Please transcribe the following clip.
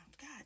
God